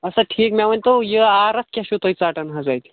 اسا ٹھیٖک مےٚ ؤنۍتَو یہِ آر ایف کیٛاہ چھُ تُہۍ ژَٹان حظ اَتہِ